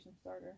starter